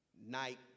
night